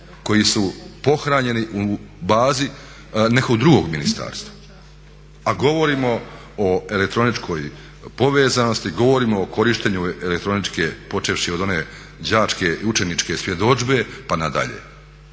koji su pohranjeni u bazi nekog drugog ministarstva, a govorimo o elektroničkoj povezanosti, govorimo o korištenju elektroničke, počevši od one đačke, učeničke svjedodžbe pa nadalje.